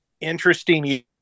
interesting